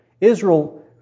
Israel